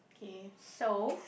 okay so